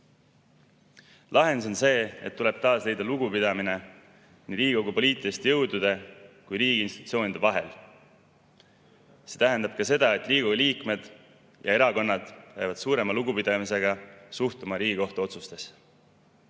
Lahendus on see, et tuleb taas leida lugupidamine nii Riigikogu poliitiliste jõudude kui ka riigi institutsioonide vahel. See tähendab ka seda, et Riigikogu liikmed ja erakonnad peavad suurema lugupidamisega suhtuma Riigikohtu otsustesse.